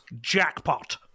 Jackpot